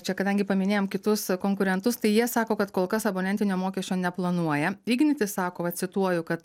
čia kadangi paminėjom kitus konkurentus tai jie sako kad kol kas abonentinio mokesčio neplanuoja ignitis sako va cituoju kad